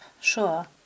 sure